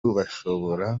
bashobora